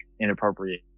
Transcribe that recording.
inappropriate